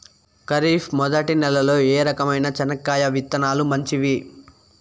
ఖరీఫ్ మొదటి నెల లో ఏ రకమైన చెనక్కాయ విత్తనాలు మంచివి